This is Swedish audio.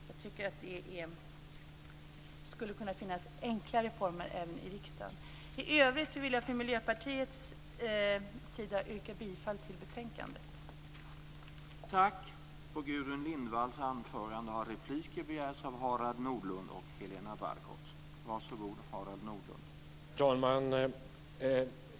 Jag tycker att det skulle kunna finnas enklare former i riksdagen. I övrigt vill jag från Miljöpartiets sida yrka bifall till utskottets hemställan i betänkandet.